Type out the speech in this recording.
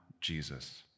Jesus